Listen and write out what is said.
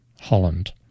Holland